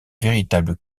véritable